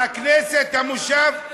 והכנסת, המושב,